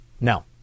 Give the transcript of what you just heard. Now